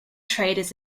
traders